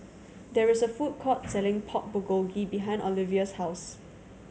there is a food court selling Pork Bulgogi behind Olivia's house